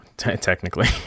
technically